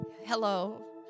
Hello